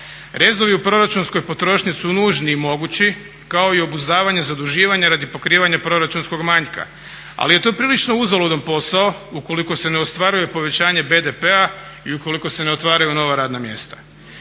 Rezovi u proračunskoj potrošnji su nužni i mogući kao i obuzdavanje zaduživanja radi pokrivanja proračunskog manjka. Ali je to prilično uzaludan posao ukoliko se ne ostvaruje povećanje BDP-a i ukoliko se ne otvaraju nova radna mjesta.